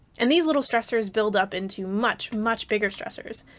and these little stressors build up into much much bigger stressors.